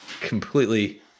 completely